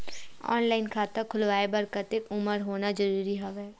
Online खाता खुलवाय बर कतेक उमर होना जरूरी हवय?